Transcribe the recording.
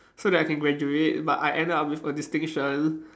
so that I can graduate but I end up with a distinction